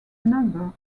number